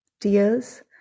Tears